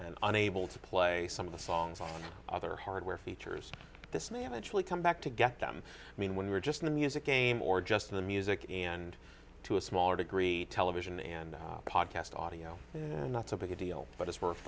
and unable to play some of the songs on other hardware features this may eventually come back to get them i mean when we were just in the music game or just in the music and to a smaller degree television and podcast audio and that's a big deal but it's worth